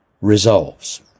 resolves